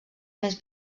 més